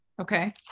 okay